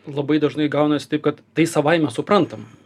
labai dažnai gaunasi taip kad tai savaime suprantama